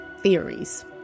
theories